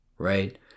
right